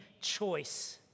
choice